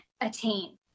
attain